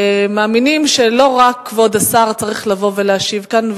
הם מאמינים שלא רק כבוד השר צריך לבוא ולהשיב כאן.